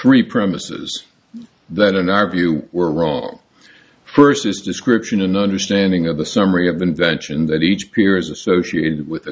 three premises that in our view were wrong first it's description in understanding of the summary of invention that each peer is associated with the